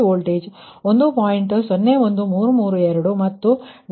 01332 ಮತ್ತು 3 ನಮಗೆ 2